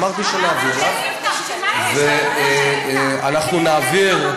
כמה כסף אתם משלמים, אנחנו נעביר,